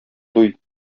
туй